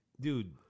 dude